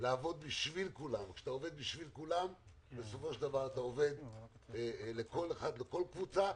לעבוד בשביל כולם ואז אתה עובד לכל קבוצה,